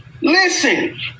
Listen